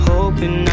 Hoping